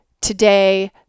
today